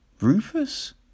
Rufus